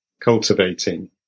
cultivating